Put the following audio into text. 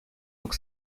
look